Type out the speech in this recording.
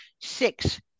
six